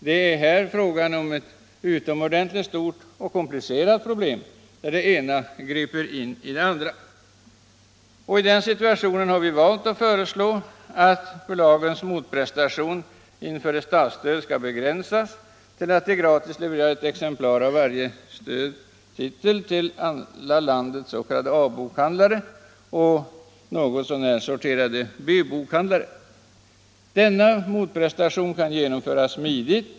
Det är här fråga om ett utomordentligt stort och komplicerat problem där det ena griper in i det andra. I den situationen har vi valt att föreslå att förlagens motprestation inför ett statsstöd skall begränsas till att de gratis levererar ett exemplar av varje titel som erhållit stöd till alla landets s.k. A-bokhandlare och något så när sorterade B-bokhandlare. Denna motprestation kan genomföras smidigt.